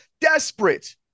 desperate